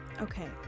Okay